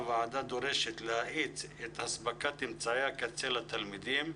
הוועדה דורשת להאיץ את אספקת אמצעי הקצה לתלמידים.